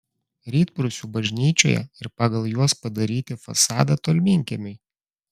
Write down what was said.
rytprūsių bažnyčioje ir pagal juos padaryti fasadą tolminkiemiui